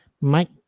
Mike